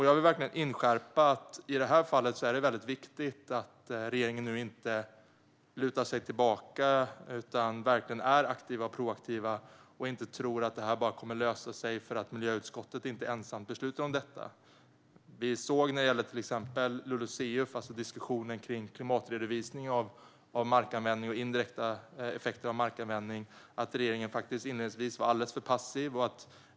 Jag vill inskärpa att i det här fallet är det viktigt att regeringen inte lutar sig tillbaka utan verkligen är aktiv och proaktiv och inte tror att det här kommer att lösa sig för att miljöutskottet inte ensamt beslutar om detta. Vi såg när det gällde till exempel LULUCF, alltså diskussionen om klimatredovisning av markanvändning och indirekta effekter av markanvändning, att regeringen inledningsvis var alldeles för passiv.